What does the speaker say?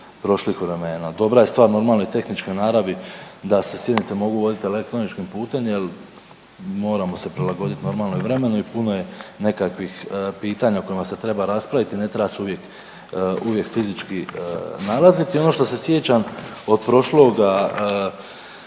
prošlih vremena. Dobra je stvar, normalne tehničke naravi da se sjednice mogu voditi elektroničkim putem jer moramo se prilagoditi, normalno i vremenu i puno je nekakvih pitanja kojima se treba raspraviti i ne treba se uvijek fizički nalaziti i ono što se sjećam od prošloga,